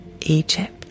Egypt